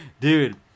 Dude